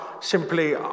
simply